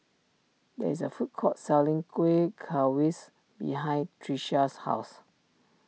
there is a food court selling Kuih behind Trisha's house